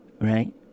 right